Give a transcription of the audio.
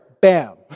Bam